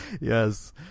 Yes